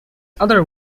other